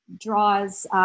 draws